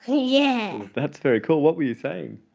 yeah. that's very cool. what were you saying?